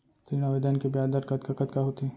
ऋण आवेदन के ब्याज दर कतका कतका होथे?